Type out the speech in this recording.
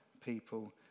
people